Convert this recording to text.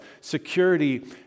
security